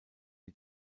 die